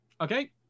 Okay